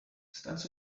stands